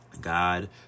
God